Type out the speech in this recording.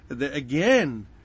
again